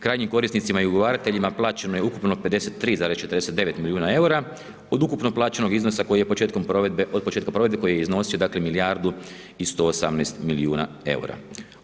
Krajnjim korisnicima i ugovarateljima plaćeno je ukupno 53,49 milijuna EUR-a od ukupno plaćenog iznosa koji je početkom provedbe, od početka provedbe koji je iznosio, dakle, milijardu i 118 milijuna EUR-a.